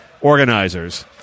organizers